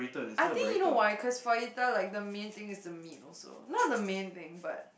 I think you know why cause Fajita like the main thing is the meat also not the main thing but